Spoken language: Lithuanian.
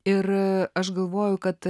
ir aš galvoju kad